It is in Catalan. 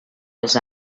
els